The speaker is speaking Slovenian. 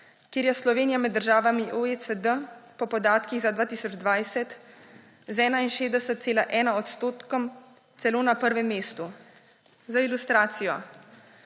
kjer je Slovenija med državami OECD po podatkih za 2020 z 61,1 odstotkom celo na prvem mestu. Za ilustracijo,